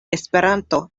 esperanto